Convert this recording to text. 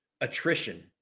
attrition